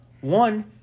One